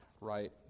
right